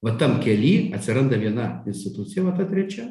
vat tam kely atsiranda viena institucija va ta trečia